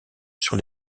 sur